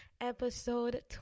episode